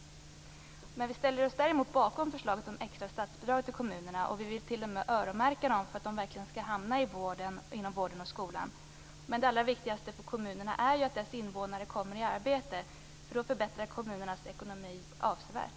Däremot ställer vi oss bakom förslaget om extra statsbidrag till kommunerna. Vi vill t.o.m. öronmärka dem så att de verkligen skall hamna inom vården och skolan. Men det allra viktigaste för kommunerna är att deras invånare kommer i arbete. Då förbättras kommunernas ekonomi avsevärt.